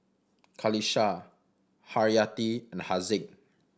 Qalisha Haryati and Haziq